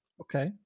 Okay